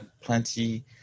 plenty